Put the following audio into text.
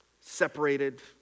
Separated